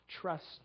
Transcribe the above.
trust